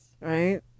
right